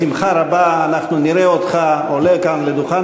בשמחה רבה אנחנו נראה אותך עולה כאן לדוכן